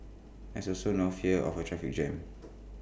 there's also no fear of A traffic jam